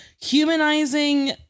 humanizing